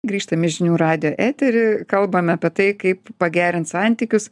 grįžtam į žinių radijo eterį kalbame apie tai kaip pagerint santykius